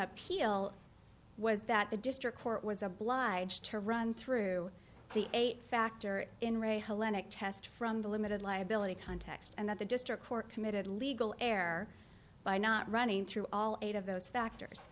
appeal was that the district court was obliged to run through the eight factor in re hellenic test from the limited liability context and that the district court committed legal err by not running through all eight of those factors